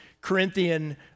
Corinthian